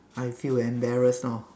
I feel embarrassed lor